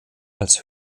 als